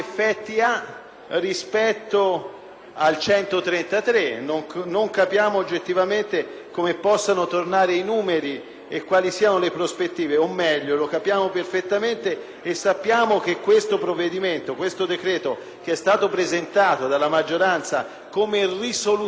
del 2008. Non capiamo oggettivamente come possano tornare i numeri e quali siano le prospettive o, meglio, lo capiamo perfettamente e sappiamo che questo decreto, che è stato presentato dalla maggioranza come risolutivo dei problemi dell'università,